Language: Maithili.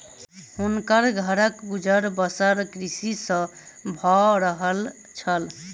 हुनकर घरक गुजर बसर कृषि सॅ भअ रहल छल